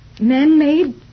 man-made